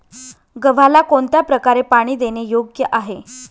गव्हाला कोणत्या प्रकारे पाणी देणे योग्य आहे?